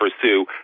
pursue